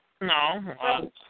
No